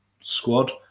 squad